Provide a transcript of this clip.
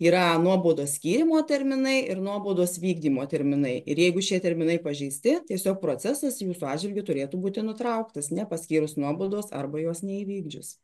yra nuobaudos skyrimo terminai ir nuobaudos vykdymo terminai ir jeigu šie terminai pažeisti tiesiog procesas jūsų atžvilgiu turėtų būti nutrauktas nepaskyrus nuobaudos arba jos neįvykdžius